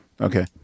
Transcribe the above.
Okay